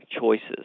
choices